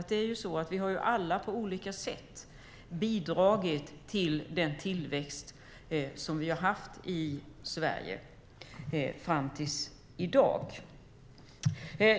Det är nämligen så att vi alla på olika sätt har bidragit till den tillväxt vi har haft i Sverige fram till i dag.